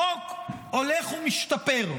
החוק הולך ומשתפר.